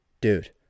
dude